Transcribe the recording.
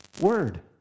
word